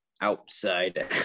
outside